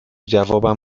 جوابم